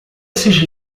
esses